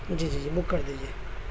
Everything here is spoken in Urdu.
جی جی جی بک کر دیجیے